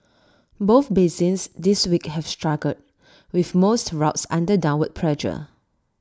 both basins this week have struggled with most routes under downward pressure